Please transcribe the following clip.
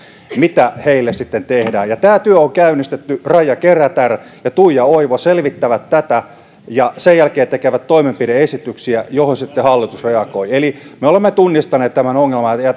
mitä heille tehdään tämä työ on käynnistetty raija kerätär ja tuija oivo selvittävät tätä ja sen jälkeen tekevät toimenpide esityksiä joihin sitten hallitus reagoi eli me olemme tunnistaneet tämän ongelman ja